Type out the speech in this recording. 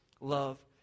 love